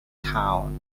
town